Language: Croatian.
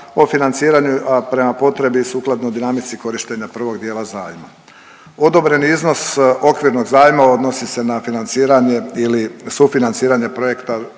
o financiranju, a prema potrebi sukladno dinamici korištenja prvog dijela zajma. Odobreni iznos okvirnog zajma odnosi se na financiranje ili sufinanciranje projekata